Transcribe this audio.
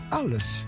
alles